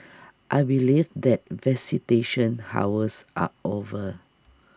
I believe that visitation hours are over